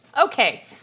Okay